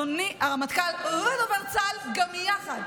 אדוני הרמטכ"ל ודובר צה"ל גם יחד: